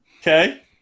okay